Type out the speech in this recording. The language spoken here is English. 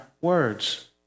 words